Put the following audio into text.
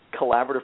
collaborative